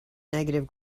negative